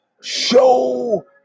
show